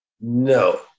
no